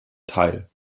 teil